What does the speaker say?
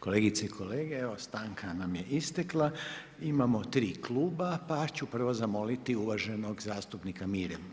Kolegice i kolege, evo stanka nam je istekla, imamo tri kluba, pa ću prvo zamoliti uvaženog zastupnika